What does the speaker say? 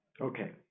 Okay